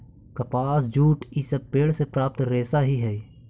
कपास, जूट इ सब पेड़ से प्राप्त रेशा ही हई